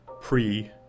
pre